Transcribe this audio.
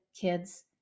kids